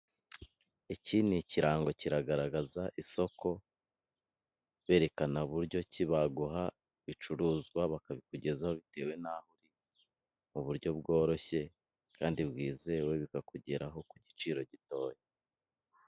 Iki ni ikirango kiragaragaza isoko berekana uburyo ki baguha ibicuruzwa bakabikugezaho bitewe n'aho uri mu buryo bworoshye kandi bwizewe bikakugeraho ku giciro gitoya.